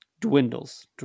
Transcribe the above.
dwindles